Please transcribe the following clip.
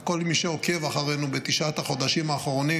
וכל מי שעוקב אחרינו בתשעת החודשים האחרונים,